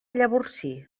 llavorsí